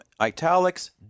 italics